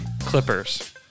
Clippers